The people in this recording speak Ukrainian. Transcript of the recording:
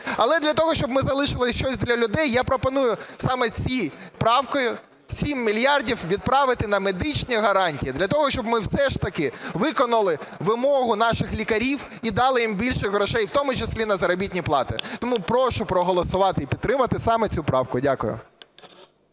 Але для того, щоб ми залишили щось для людей, я пропоную саме цією правкою 7 мільярдів відправити на медичні гарантії, для того, щоб ми все ж таки виконали вимогу наших лікарів і дали їм більше грошей, в тому числі і на заробітні плати. Тому прошу проголосувати і підтримати саме цю правку. Дякую.